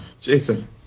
Jason